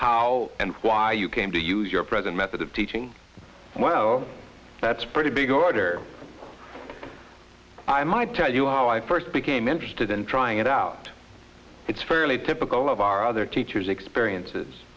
how and why you came to use your present method of teaching well that's pretty big order i might tell you how i first became interested in trying it out its fairly typical of our other teachers experiences